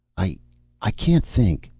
i i can't think.